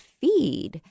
feed